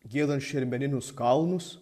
giedant šermeninius kalnus